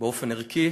באופן ערכי